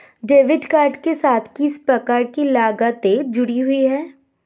Debit card के साथ किस प्रकार की लागतें जुड़ी हुई हैं?